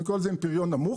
אני קורא לזה עם פריון נמוך,